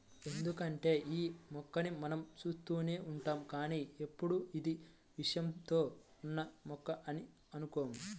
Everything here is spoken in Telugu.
ఎందుకంటే యీ మొక్కని మనం చూస్తూనే ఉంటాం కానీ ఎప్పుడూ ఇది విషంతో ఉన్న మొక్క అని అనుకోము